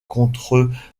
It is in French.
contre